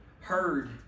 heard